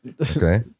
Okay